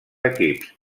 equips